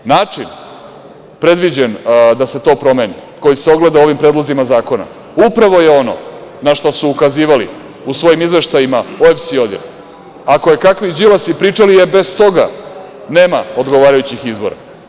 Način predviđen da se to promeni, koji se ogleda u ovom predlozima zakona, upravo je ono na šta su ukazivali u svojim izveštajima OEBS i ODIR, a kojekakvi Đilasi pričali je bez toga nema odgovarajućih izbora.